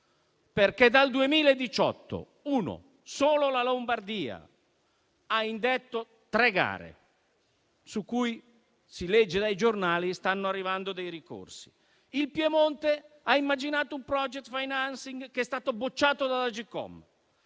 nulla. Dal 2018, infatti, solo la Lombardia ha indetto tre gare, su cui - da quanto si legge sui giornali - stanno arrivando dei ricorsi. Il Piemonte ha immaginato un *project financing* che è stato bocciato dall'Agcom.